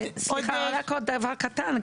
סליחה, רק עוד דבר קטן.